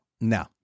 No